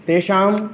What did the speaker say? तेषां